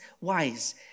wise